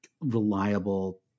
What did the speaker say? reliable